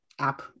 app